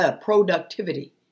productivity